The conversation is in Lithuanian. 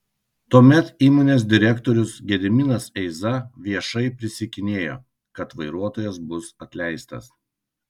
tuomet įmonės direktorius gediminas eiza viešai prisiekinėjo kad vairuotojas bus atleistas